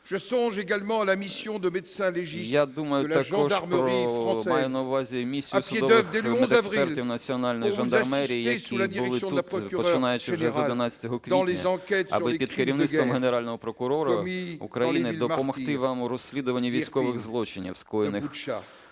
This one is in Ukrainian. маю на увазі місію судових медекспертів Національної жандармерії, які були тут, починаючи вже з 11 квітня, аби під керівництвом Генерального прокурора України допомогти вам у розслідуванні військових злочинів, скоєних в містах-мучениках